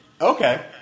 Okay